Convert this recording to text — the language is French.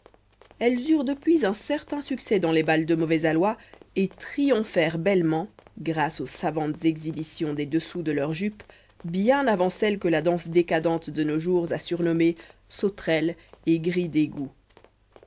elles eurent depuis un certain succès dans les bals de mauvais aloi et triomphèrent bellement grâce aux savantes exhibitions des dessous de leurs jupes bien avant celles que la danse décadente de nos jours a surnommé sauterelle et grille